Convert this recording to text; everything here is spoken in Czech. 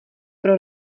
pro